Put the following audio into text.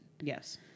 Yes